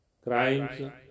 crimes